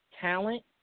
talent